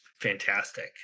fantastic